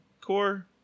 core